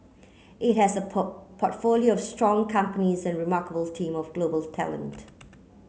it has a port portfolio of strong companies and remarkable team of global talent